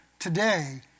Today